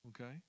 okay